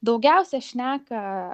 daugiausia šneka